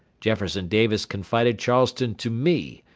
jefferson davis confided charleston to me,